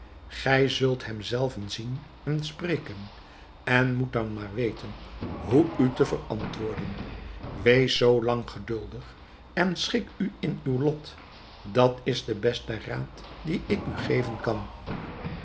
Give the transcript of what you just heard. gij zult hem zelven zien en spreken en moet dan maar weten hoe u te verantwoorden wees zoo lang geduldig en schik u in uw lot dat is de beste raad dien ik u geven kan